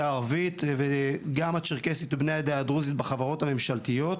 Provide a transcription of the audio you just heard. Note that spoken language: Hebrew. הערבית וגם הצ'רקסית ובני העדה הדרוזית בחברות הממשלתיות.